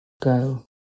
go